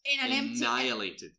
annihilated